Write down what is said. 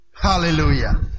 Hallelujah